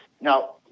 Now